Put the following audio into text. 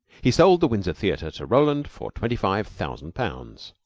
he sold the windsor theater to roland for twenty-five thousand pounds.